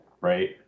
right